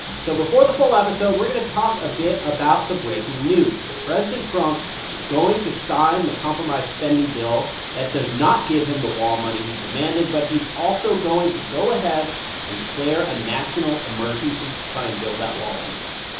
so before the full episode, we're going to talk a bit about the breaking news that president trump is going to sign the compromise spending bill that does not give him the wall money he demanded. but he's also going to go ahead and declare a national emergency to try and build that wall anyway.